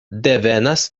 devenas